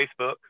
Facebook